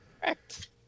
Correct